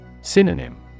Synonym